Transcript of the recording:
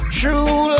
true